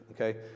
okay